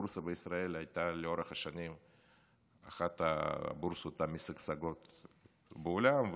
לאורך שנים הבורסה בישראל הייתה אחת הבורסות המשגשגות בעולם,